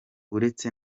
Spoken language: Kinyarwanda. uretse